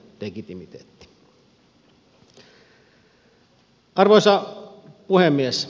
arvoisa puhemies